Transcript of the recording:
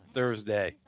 Thursday